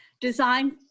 design